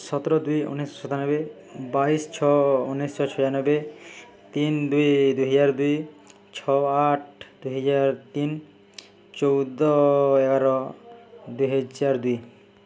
ସତର ଦୁଇ ଉଣେଇଶହ ସତାନବେ ବାଇଶ ଛଅ ଉଣେଇଶହ ଛୟାନବେ ତିନ ଦୁଇ ଦୁଇହଜାର ଦୁଇ ଛଅ ଆଠ ଦୁଇହଜାର ତିନ ଚଉଦ ଏଗାର ଦୁଇହଜାର ଦୁଇ